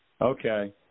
Okay